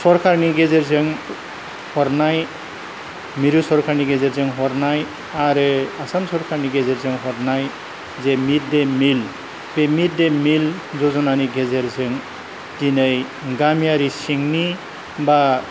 सरखारनि गेजेरजों हरनाय मिरु सरखारनि गेजेरजों हरनाय आरो आसाम सरखारनि गेजेरजों हरनाय जे मिद दे मिल बे मिद दे मिल जज'नानि गेजेरजों दिनै गामियारि सिंनि बा